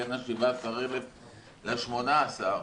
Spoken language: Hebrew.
בין ה-17,000 ל-18,000,